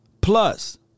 plus